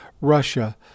Russia